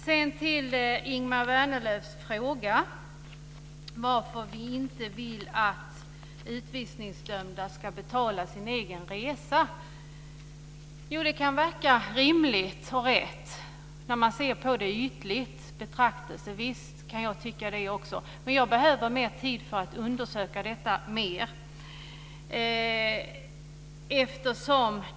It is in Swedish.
Sedan går jag till Ingemar Vänerlövs fråga om varför vi inte vill att utvisningsdömda ska betala sin egen resa. Det kan verka rimligt och rätt när man betraktar det ytligt. Visst kan jag också tycka det. Men jag behöver tid för att undersöka detta mer.